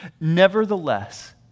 Nevertheless